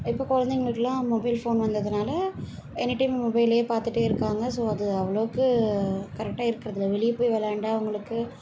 இப்போ கொழந்தைங்களுக்குலாம் mobile phone வந்ததுனால் எனி டைம் மொபைலே பார்த்துட்டே இருக்காங்க ஸோ அது அவ்வளோக்கு கரெக்டாக இருக்கிறதில்ல வெளியே போய் விளாண்டா அவங்களுக்கு